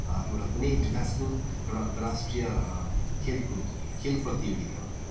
एउटा कुनै इन्टर्नेसनस एउटा अन्तरराष्ट्रिय खेलकुद खेल प्रतियोगितामा पनि